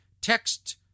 text